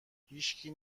هیشکی